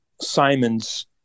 Simon's